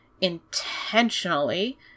intentionally